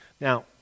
Now